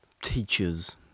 teachers